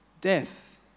death